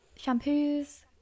shampoos